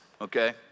okay